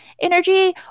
energy